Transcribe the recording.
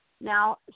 Now